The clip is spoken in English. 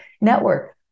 Network